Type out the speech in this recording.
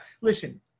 listen